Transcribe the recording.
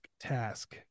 task